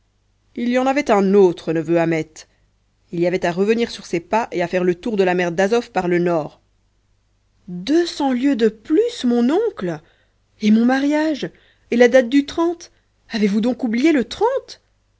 il y en avait un autre neveu ahmet il y avait à revenir sur ses pas et à faire le tour de la mer d'azof par le nord deux cents lieues de plus mon oncle et mon mariage et la date du trente avez-vous donc oublié le trente